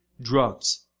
drugs